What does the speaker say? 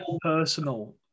personal